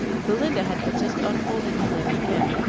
belinda had but just unfolded her letter again,